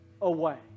away